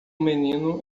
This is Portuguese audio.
menino